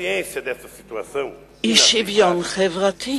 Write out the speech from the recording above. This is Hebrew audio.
אי-שוויון חברתי.